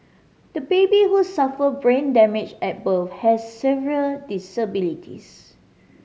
the baby who suffered brain damage at birth has severe disabilities